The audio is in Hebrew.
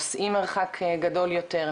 נוסעים מרחק גדול יותר,